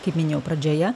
kaip minėjau pradžioje